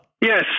Yes